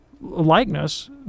likeness